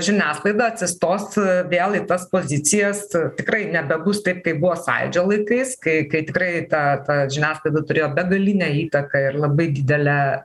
žiniasklaida atsistos vėl į tas pozicijas tikrai nebebus taip kaip buvo sąjūdžio laikais kai kai tikrai ta ta žiniasklaida turėjo begalinę įtaką ir labai didelę